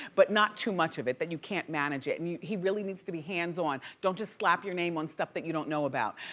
but not too much of it that you can't manage it, and he really needs to be hands-on. don't just slap your name on stuff that you don't know about.